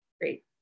great